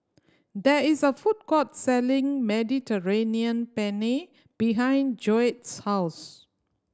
there is a food court selling Mediterranean Penne behind Joette's house